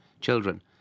children